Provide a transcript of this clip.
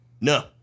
No